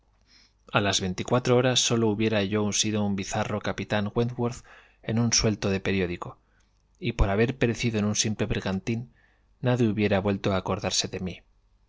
a las veinticuatro horas sólo hubiera yo sido un bizarro capitán wentvorth en un suelto de periódico y por haber perecido en un simple bergantín nadie hubiera vuelto a acordarse de mí